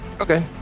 Okay